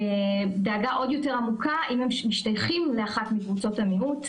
דאגה עוד יותר עמוקה אם הם משתייכים לאחת מקבוצות המיעוט.